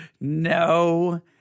no